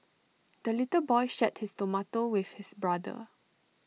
the little boy shared his tomato with his brother